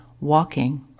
walking